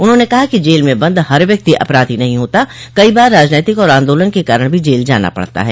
उन्होंने कहा कि जेल में बंद हर व्यक्ति अपराधी नही होता कई बार राजनैतिक और आन्दोलन के कारण भी जेल जाना पड़ता है